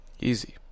Easy